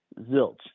zilch